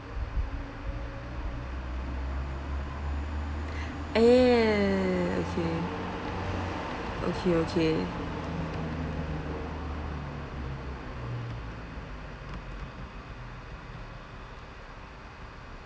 eh okay okay okay